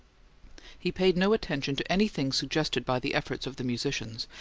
he paid no attention to anything suggested by the efforts of the musicians,